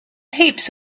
heap